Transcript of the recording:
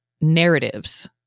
narratives